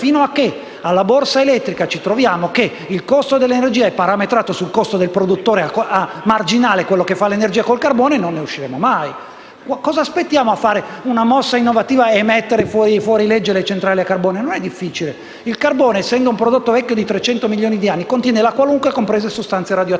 fino a che alla borsa elettrica il costo dell'energia è parametrato sul costo del produttore marginale, quello che fa l'energia con il carbone, non ne usciremo mai. Cosa aspettiamo a fare una mossa innovativa e mettere fuori legge le centrali a carbone? Non è difficile. Il carbone, essendo un prodotto vecchio di 300 milioni di anni, contiene al suo interno qualunque sostanza, comprese sostanze radioattive